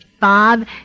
Bob